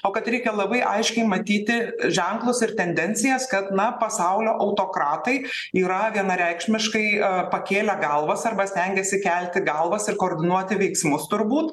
o kad reikia labai aiškiai matyti ženklus ir tendencijas kad na pasaulio autokratai yra vienareikšmiškai pakėlę galvas arba stengiasi kelti galvas ir koordinuoti veiksmus turbūt